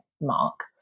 mark